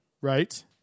Right